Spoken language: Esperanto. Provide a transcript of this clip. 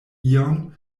ion